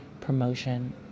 promotion